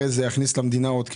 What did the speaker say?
הרי, זה יכניס למדינה עוד כסף,